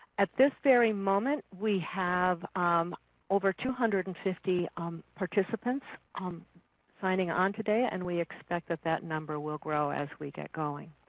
at this very moment, we have um over two hundred and fifty um participants um signing on today and we expect that that number will grow as we get going.